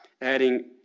Adding